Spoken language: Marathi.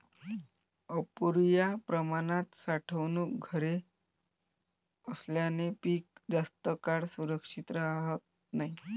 अपुर्या प्रमाणात साठवणूक घरे असल्याने पीक जास्त काळ सुरक्षित राहत नाही